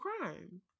crime